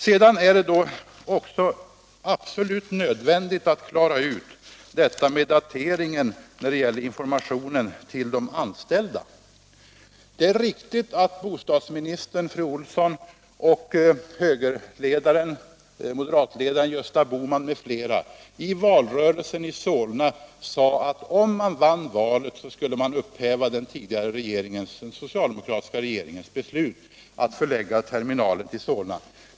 Vidare är det också absolut nödvändigt att klara ut detta med dateringen när det gäller informationen till de anställda. Det är riktigt att bostadsministern fru Elvy Olsson och moderatledaren Gösta Bohman m.fl. i Solna under valrörelsen sade att om man vann valet så skulle man upphäva den socialdemokratiska regeringens beslut att förlägga terminalen till Solna.